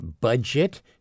budget